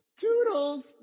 Toodles